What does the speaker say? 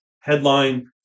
headline